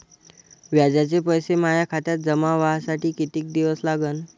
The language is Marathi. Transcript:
व्याजाचे पैसे माया खात्यात जमा व्हासाठी कितीक दिवस लागन?